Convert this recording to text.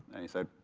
and he said,